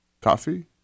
coffee